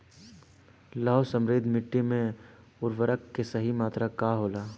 लौह समृद्ध मिट्टी में उर्वरक के सही मात्रा का होला?